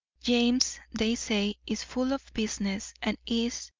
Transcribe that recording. james, they say, is full of business and is,